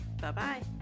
Bye-bye